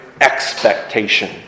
expectation